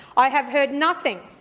i have heard nothing